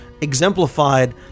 exemplified